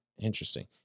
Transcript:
Interesting